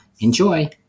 enjoy